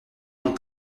n’ont